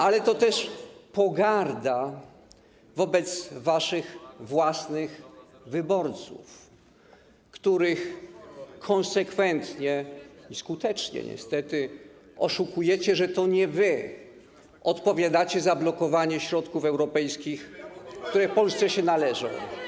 Ale to też pogarda wobec waszych wyborców, których konsekwentnie i skutecznie niestety oszukujecie, że to nie wy odpowiadacie za blokowanie środków europejskich, które Polsce się należą.